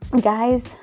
guys